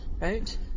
Right